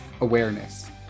awareness